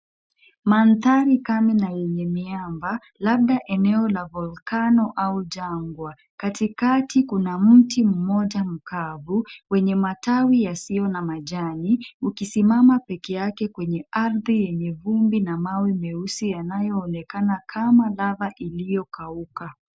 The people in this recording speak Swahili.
Mandhari kame na yenye miamba, labda eneo la volkano au jangwa. Katikati kuna mti mmoja mkavu wenye matawi yasiyo na majani, ukisimama pekee yake kwenye ardhi yenye vumbi na mawe meusi yanayo onekana kama lava iliyokauka.